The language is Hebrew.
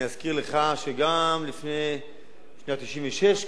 אני אזכיר לך שגם בשנת 1996,